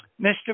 Mr